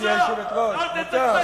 אכזרי ומרושע.